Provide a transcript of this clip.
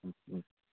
ꯎꯝ ꯎꯝ